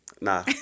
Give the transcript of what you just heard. Nah